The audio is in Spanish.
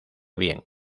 bien